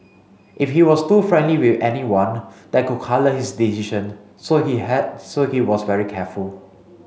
if he was too friendly with anyone that could colour his decision so he so he was very careful